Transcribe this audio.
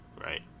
right